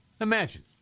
Imagine